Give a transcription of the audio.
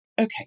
okay